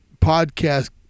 podcast